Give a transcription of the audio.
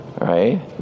Right